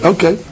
Okay